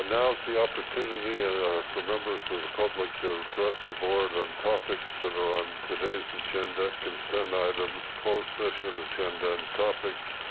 now is the opportunity ah for members of the public to address the board on topics that are on today's agenda consent items, closed session agenda and topics